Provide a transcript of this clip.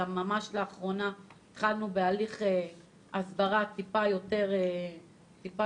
ממש לאחרונה התחלנו בהליך הסברה טיפה יותר טוב,